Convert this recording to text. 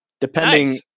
depending